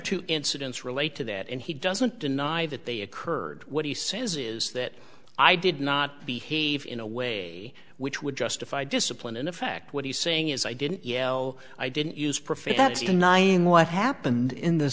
two incidents relate to that and he doesn't deny that they occurred what he says is that i did not behave in a way which would justify discipline in effect what he's saying is i didn't yell i didn't use profanity denying what happened in the